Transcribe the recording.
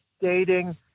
dating